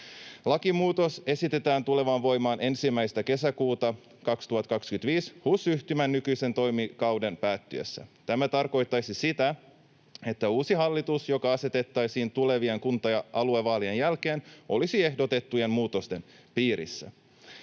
Lakimuutos esitetään tulevan voimaan 1. kesäkuuta 2025 HUS-yhtymän nykyisen toimikauden päättyessä. Tämä tarkoittaisi sitä, että uusi hallitus, joka asetettaisiin tulevien kunta- ja aluevaalien jälkeen, olisi ehdotettujen muutosten piirissä.